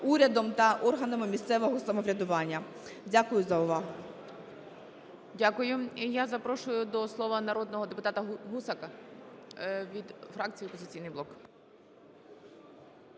урядом та органами місцевого самоврядування. Дякую за увагу. ГОЛОВУЮЧИЙ. Дякую. І запрошую до слова народного депутата Гусака від фракції "Опозиційний блок".